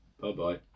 bye-bye